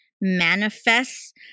manifest